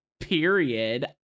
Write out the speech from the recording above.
period